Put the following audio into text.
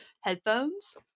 headphones